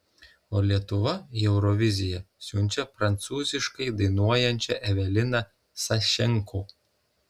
o lietuva į euroviziją siunčia prancūziškai dainuojančią eveliną sašenko